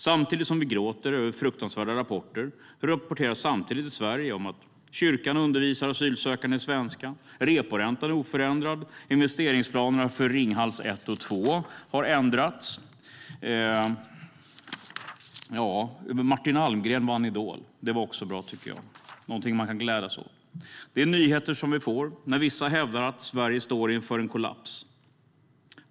Samtidigt som vi gråter över fruktansvärda rapporter rapporteras i Sverige att kyrkan undervisar asylsökande i svenska, att reporäntan är oförändrad, att investeringsplanerna för Ringhals I och II har ändrats och att Martin Almgren vann Idol , och det var också bra. Det är någonting man kan glädja sig åt. Det är nyheter vi får när vissa hävdar att Sverige står inför en kollaps.